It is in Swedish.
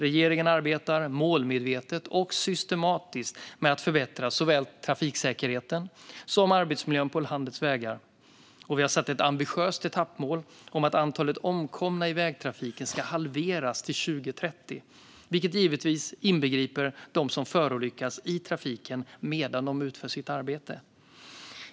Regeringen arbetar målmedvetet och systematiskt med att förbättra såväl trafiksäkerheten som arbetsmiljön på landets vägar. Vi har satt ett ambitiöst etappmål om att antalet omkomna i vägtrafiken ska halveras till 2030, vilket givetvis inbegriper dem som förolyckas i trafiken medan de utför sitt arbete.